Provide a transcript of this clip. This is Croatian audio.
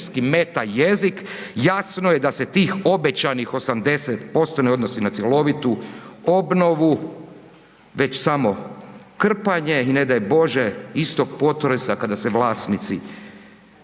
meta jezik jasno je da se tih obećanih 80% ne odnosi na cjelovitu obnovu već samo krpanje i ne daj Bože istog potresa kada se vlasnici